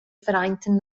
vereinten